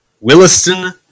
Williston